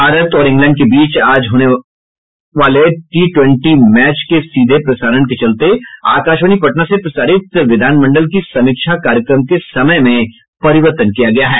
भारत और इंग्लैंड के बीच आज खेले जाने वाले टी ट्वेंटी क्रिकेट मैच के सीघा प्रसारण के चलते आकाशवाणी पटना से प्रसारित विधान मंडल की समीक्षा कार्यक्रम के समय में परिवर्तन किया गया है